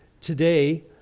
today